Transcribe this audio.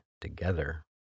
together